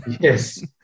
Yes